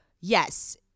yes